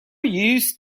used